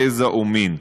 גזע או מין,